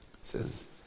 says